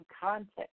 context